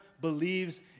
believes